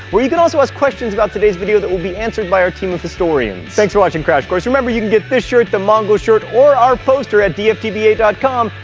where you can also ask questions about today's video that will be answered by our team of historians. thanks for watching crash course. remember, you can get this shirt, the mongol shirt, or our poster at dftba com.